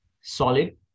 Solid